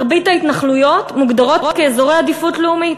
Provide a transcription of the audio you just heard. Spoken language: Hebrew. מרבית ההתנחלויות מוגדרות כאזורי עדיפות לאומית,